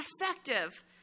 effective